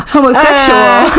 Homosexual